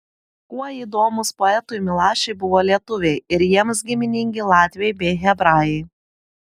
kuo įdomūs poetui milašiui buvo lietuviai ir jiems giminingi latviai bei hebrajai